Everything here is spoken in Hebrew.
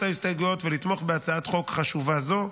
ההסתייגויות ולתמוך בהצעה חוק חשובה זו.